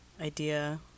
idea